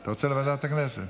אתה רוצה לוועדת הכנסת.